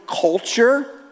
culture